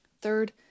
Third